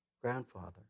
grandfather